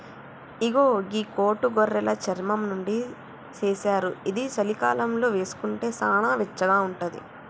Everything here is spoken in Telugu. ఇగో గీ కోటు గొర్రెలు చర్మం నుండి చేశారు ఇది చలికాలంలో వేసుకుంటే సానా వెచ్చగా ఉంటది